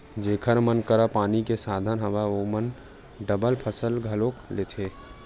जेखर मन करा पानी के साधन हवय ओमन ह डबल फसल घलोक लेथे